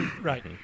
Right